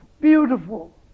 beautiful